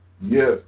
yes